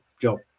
job